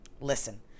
Listen